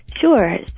Sure